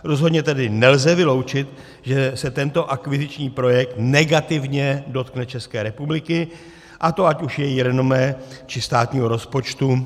Rozhodně tedy nelze vyloučit, že se tento akviziční projekt negativně dotkne České republiky, a to ať už jejího renomé, či státního rozpočtu.